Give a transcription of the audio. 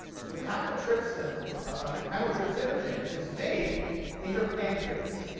so chymotrypsin i'm sorry chymotrypsinogen is made in your pancreas.